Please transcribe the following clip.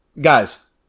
Guys